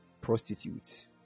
prostitutes